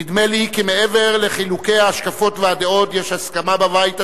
נדמה לי כי מעבר לחילוקי ההשקפות והדעות יש הסכמה בבית הזה,